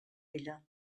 ella